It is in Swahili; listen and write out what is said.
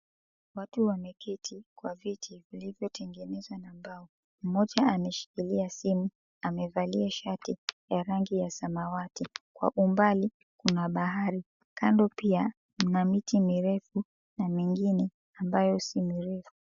Watu wameketi kwa viti vilivyotengenezwa na mbau, mmoja ameshikilia simu amevalia shati ya rangi ya samawati, kwa umbali kuna bahari kando pia kuna miti mirefu na mingine mbayo sio mirefu.